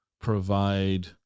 provide